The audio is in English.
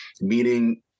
meeting